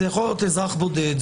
זה יכול להיות אזרח בודד,